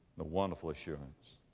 the wonderful assurance